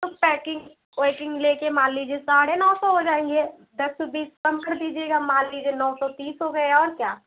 तो पैकिंग वैकिंग ले कर मान लीजिए साढ़े नौ सौ हो जाएँगे दस बीस कम कर दीजिएगा मान लीजिए नौ सौ तीस हो गये और क्या